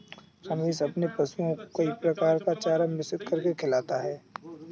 रमेश अपने पशुओं को कई प्रकार का चारा मिश्रित करके खिलाता है